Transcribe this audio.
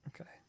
Okay